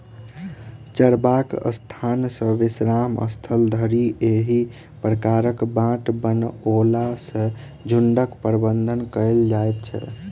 चरबाक स्थान सॅ विश्राम स्थल धरि एहि प्रकारक बाट बनओला सॅ झुंडक प्रबंधन कयल जाइत छै